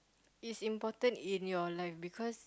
it's important in your life because